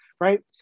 right